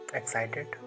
excited